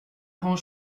grand